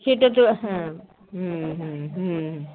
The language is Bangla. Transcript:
সেটা তো হ্যাঁ হুম হুম হুম